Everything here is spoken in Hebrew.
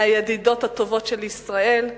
מהידידות הטובות של ישראל.